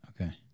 Okay